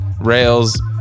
Rails